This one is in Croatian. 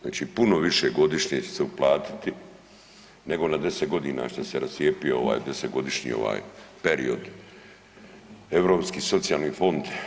Znači puno više godišnje će se uplatiti nego na 10 godina što se rascijepio ovaj 10-godišnji ovaj period europski socijalni fond.